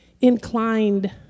inclined